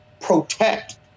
protect